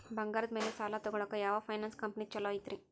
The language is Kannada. ಬಂಗಾರದ ಮ್ಯಾಲೆ ಸಾಲ ತಗೊಳಾಕ ಯಾವ್ ಫೈನಾನ್ಸ್ ಕಂಪನಿ ಛೊಲೊ ಐತ್ರಿ?